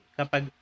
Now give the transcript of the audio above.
kapag